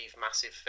massive